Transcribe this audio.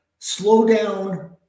slowdown